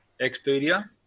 Expedia